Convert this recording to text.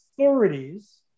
authorities